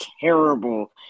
terrible